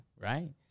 right